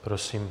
Prosím.